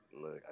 Look